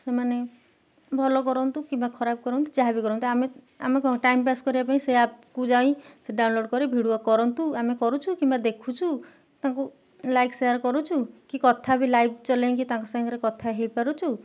ସେମାନେ ଭଲ କରନ୍ତୁ କିମ୍ବା ଖରାପ କରନ୍ତୁ ଯାହା ବି କରନ୍ତୁ ଆମେ ଆମେ କଣ ଟାଇମ ପାସ୍ କରିବା ପାଇଁ ସେ ଆପ୍କୁ ଯାଇ ସେ ଡାଉନଲୋଡ଼ କରି ଭିଡ଼ିଓ କରନ୍ତୁ ଆମେ କରୁଛୁ କିମ୍ବା ଦେଖୁଛୁ ତାଙ୍କୁ ଲାଇକ୍ ସେୟାର କରୁଛୁ କି କଥା ବି ଲାଇଭ୍ ଚଲେଁଇକି ତାଙ୍କ ସାଙ୍ଗରେ କଥା ହେଇପାରୁଛୁ